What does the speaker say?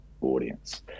audience